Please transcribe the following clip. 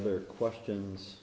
other questions